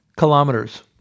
kilometers